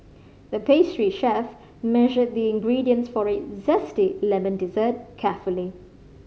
the pastry chef measured the ingredients for a zesty lemon dessert carefully